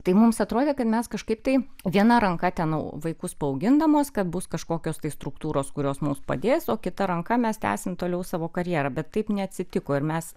tai mums atrodė kad mes kažkaip tai viena ranka ten vaikus paaugindamos kad bus kažkokios tai struktūros kurios mums padės o kita ranka mes tęsim toliau savo karjerą bet taip neatsitiko ir mes